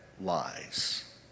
lies